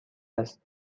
است